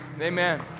Amen